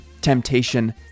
temptation